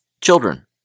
children